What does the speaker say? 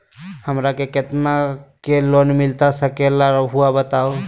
हमरा के कितना के लोन मिलता सके ला रायुआ बताहो?